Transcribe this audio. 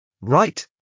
Right